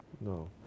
No